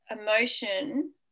emotion